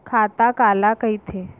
खाता काला कहिथे?